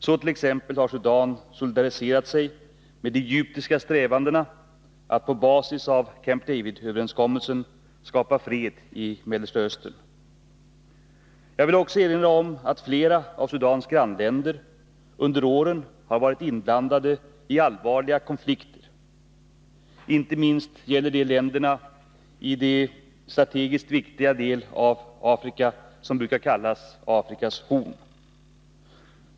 Så t.ex. har Sudan solidariserat sig med de egyptiska strävandena att på basis av Camp David-överenskommelsen skapa fred i Mellersta Östern. Jag vill också erinra om att flera av Sudans grannländer under åren har varit inblandade i allvarliga konflikter. Inte minst gäller detta länderna i den strategiskt viktiga del av Afrika som brukar kallas Afrikas Horn.